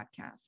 podcast